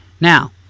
Now